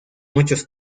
muchos